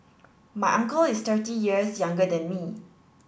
my uncle is thirty years younger than me